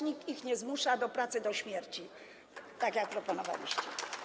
Nikt ich nie zmusza do pracy do śmierci, tak jak proponowaliście.